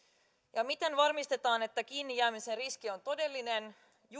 ja miten varmistetaan että kiinnijäämisen riski on todellinen